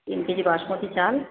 তিন কেজি বাসমতী চাল